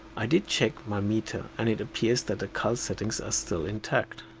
i did check my meter and it appears the the cal settings are still intact.